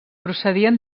procedien